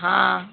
हां